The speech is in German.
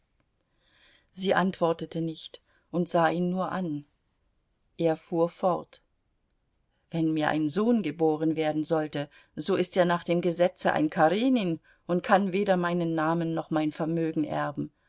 sie antwortete nicht und sah ihn nur an er fuhr fort wenn mir ein sohn geboren werden sollte so ist er nach dem gesetze ein karenin und kann weder meinen namen noch mein vermögen erben